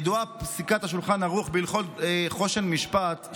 ידועה פסיקת שולחן ערוך בהלכות חושן משפט,